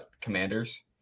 commanders